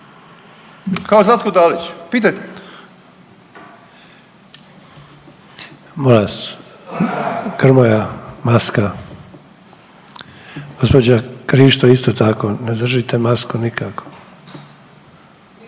kao Zlatko Dalić, pitajte